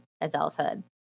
adulthood